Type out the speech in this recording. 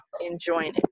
enjoying